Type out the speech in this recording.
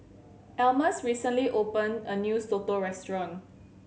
Almus recently opened a new soto restaurant